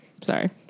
sorry